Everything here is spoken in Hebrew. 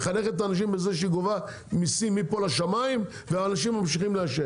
מחנכת את האנשים בזה שהיא גובה מיסים מפה לשמיים והאנשים ממשיכים לעשן.